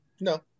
No